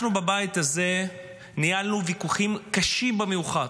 אנחנו בבית הזה ניהלנו ויכוחים קשים במיוחד.